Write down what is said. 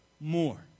more